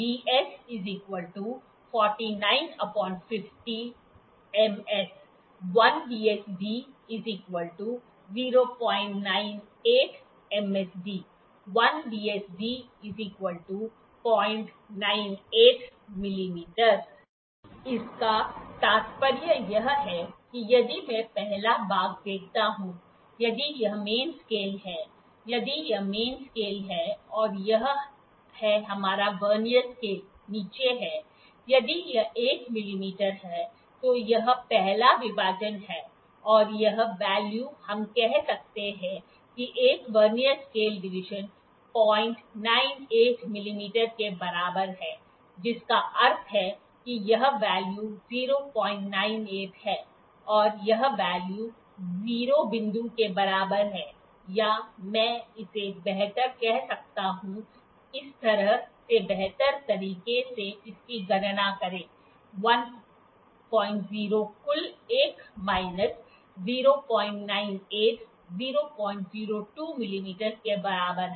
VS MS 1 VSD 098 MSD 1 VSD 098 mm इसका तात्पर्य यह है कि यदि मैं पहला भाग देखता हूं यदि यह मेन स्केल है यदि यह मेन स्केल है और यह है हमारा वर्नियर स्केल नीचे है यदि यह 1 मिमी है तो यह पहला विभाजन है और यह वैल्यू हम कह सकते हैं कि एक वर्नियर स्केल डिवीजन 098 मिमी के बराबर है जिसका अर्थ है कि यह वैल्यू 098 है और यह वैल्यू 0 बिंदु के बराबर है या मैं इसे बेहतर कह सकता हूं इस तरह से बेहतर तरीके से इसकी गणना करें 10 कुल 1 माइनस 098 002 मिमी के बराबर है